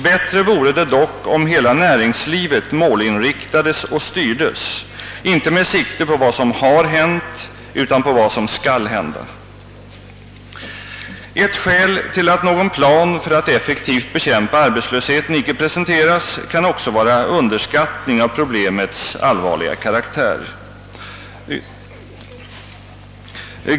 Bättre vore det dock om hela näringslivet målinriktades och styrdes — inte med sikte på vad som har hänt utan på vad som skall hända.» Ett skäl till att någon plan för att effektivt bekämpa arbetslösheten icke presenteras kan också vara underskattning av problemets allvarliga karaktär.